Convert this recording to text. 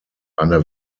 eine